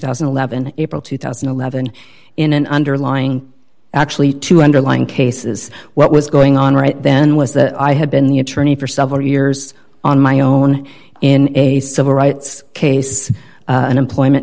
thousand and eleven april two thousand and eleven in an underlying actually two underlying cases what was going on right then was that i had been the attorney for several years on my own in a civil rights case an employment